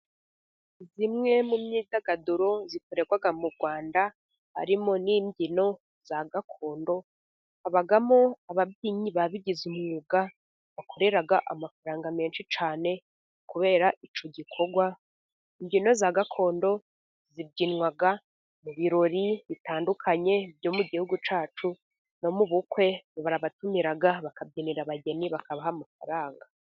Zimwe mu myidagaduro ikorerwa mu Rwanda, harimo n'imbyino za gakondo. Habamo ababyinnyi babigize umwuga, bakorera amafaranga menshi cyane kubera icyo gikorwa. Imbyino za gakondo zibyinwa mu birori bitandukanye byo mu gihugu cyacu, no mu bukwe. Barabatumira, bakabyinira abageni, bakabaha amafaranga.